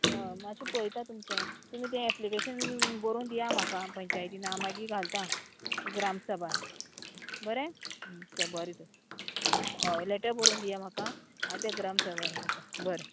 हय मात्शें पळयतां तुमचें तुमी तें एप्लिकेशन बरोवन दिया म्हाका पंचायतीन हांव मागीर घालता ग्रामसभान बरें चरें तर हय लेटर बरोवन दिया म्हाका हांव तें ग्रामसभार येता बरें